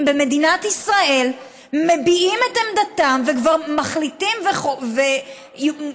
במדינת ישראל מביעים את עמדתם וכבר מחליטים ומייצרים